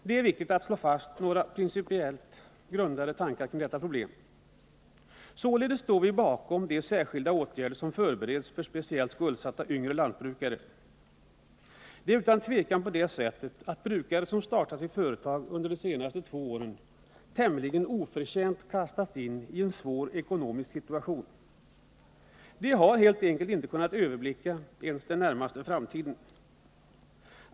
Det är viktigt att slå fast några principiellt grundade tankar kring detta problem. Således står vi bakom de särskilda åtgärder som förbereds för speciellt skuldsatta yngre lantbrukare. Det är utan tvivel på det sättet att brukare som startat sitt företag under de senaste två åren tämligen oförtjänt kastats in i en svår ekonomisk situation. De har helt enkelt inte kunnat överblicka ens den närmaste framtiden.